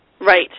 Right